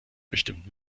bestimmt